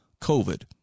COVID